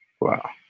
Wow